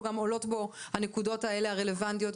וגם עולות בו כל הנקודות האלה הרלוונטיות,